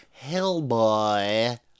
Hellboy